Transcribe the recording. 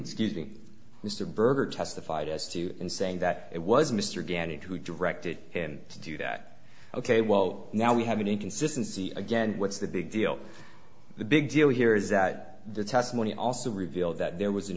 mr berger testified as to in saying that it was mr gannon who directed him to do that ok well now we have an inconsistency again what's the big deal the big deal here is that the testimony also revealed that there was an